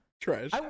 Trash